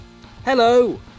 Hello